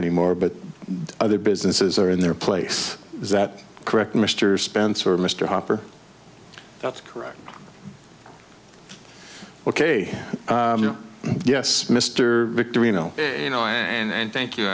anymore but other businesses are in their place is that correct mr spencer mr hopper that's correct ok yes mr victory no you know and thank you